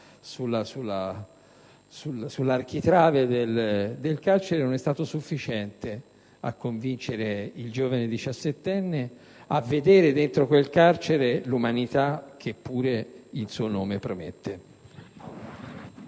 sull'architrave del carcere, ma non è stato sufficiente a convincere il giovane diciassettenne a vedere in quel carcere l'umanità che pure il suo nome promette.